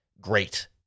great